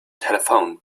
telephone